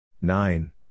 Nine